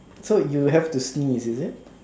so you have to sneeze is it